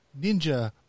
Ninja